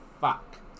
fuck